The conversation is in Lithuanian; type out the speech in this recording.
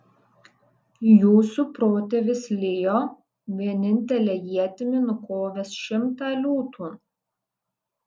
jūsų protėvis lijo vienintele ietimi nukovęs šimtą liūtų